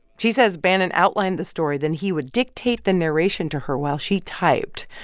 she says bannon outlined the story then he would dictate the narration to her while she typed,